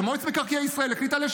שמועצת מקרקעי ישראל החליטה עליה,